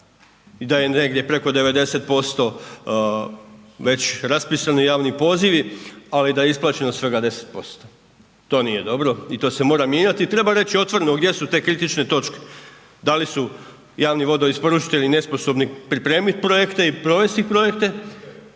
i da je negdje preko 90% već raspisani javni pozivi, ali da je isplaćeno svega 10%. To nije dobro i to se mora mijenjati. Treba reći otvoreno gdje su te kritične točke. Da li javni vodoisporučitelji nesposobni pripremit projekte i provesti projekte